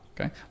okay